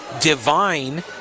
divine